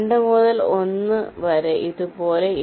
2 മുതൽ 1 വരെ ഇതുപോലെ